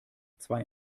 zwei